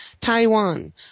Taiwan